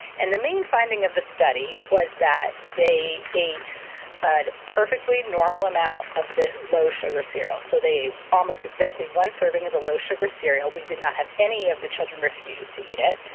and the main finding of the study was that they ate a perfectly normal amount of the low sugar cereals so they ate almost exactly one serving of the low sugar cereal, we didn't have any of the children refuse to eat it.